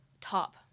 top